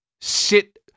sit